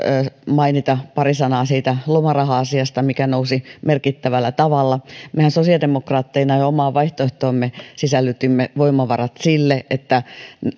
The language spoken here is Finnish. mainita pari sanaa siitä lomaraha asiasta mikä nousi merkittävällä tavalla mehän sosiaalidemokraatteina jo omaan vaihtoehtoomme sisällytimme voimavarat sille että